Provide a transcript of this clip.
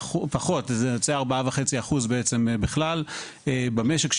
זה יוצא 4.5% במשק,